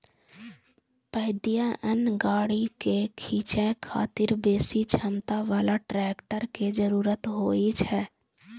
पैघ अन्न गाड़ी कें खींचै खातिर बेसी क्षमता बला ट्रैक्टर के जरूरत होइ छै